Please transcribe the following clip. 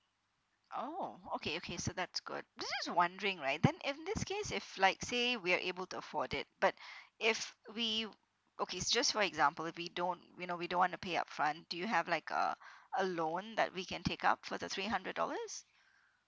oh okay okay so that's good just just wondering right then in this case if like say we are able to afford it but if we okay it's just for example we don't you know we don't wanna pay upfront do you have like a a loan that we can take up for the three hundred dollars